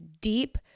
deep